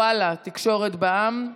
וואלה תקשורת בע"מ,